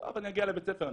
טוב אני אגיע לבית ספר,